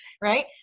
Right